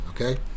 okay